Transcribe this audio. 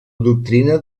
doctrina